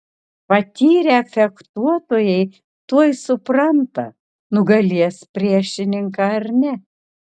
patyrę fechtuotojai tuoj supranta nugalės priešininką ar ne